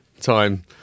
time